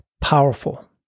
Powerful